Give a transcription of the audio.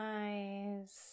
eyes